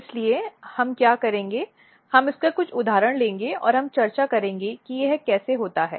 इसलिए हम क्या करेंगे हम इसका कुछ उदाहरण लेंगे और हम चर्चा करेंगे कि यह कैसे होता है